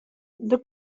der